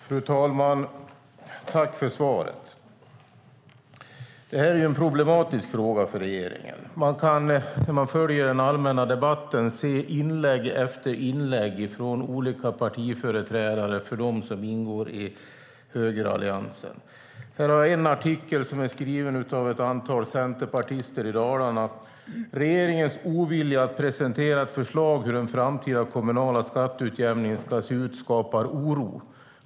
Fru talman! Jag ber att få tacka för svaret. Det här är en problematisk fråga för regeringen. När man följer den allmänna debatten kan man se inlägg efter inlägg från olika partiföreträdare för dem som ingår i högeralliansen. I min hand har jag en artikel som är skriven av ett antal centerpartister i Dalarna: Regeringens ovilja att presentera ett förslag om hur den framtida kommunala skatteutjämningen ska se ut skapar oro.